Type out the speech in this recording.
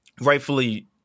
rightfully